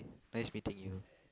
nice meeting you